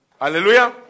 Hallelujah